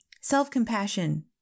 self-compassion